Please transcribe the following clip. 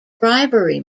bribery